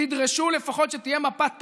תדרשו לפחות שתהיה מפה טובה,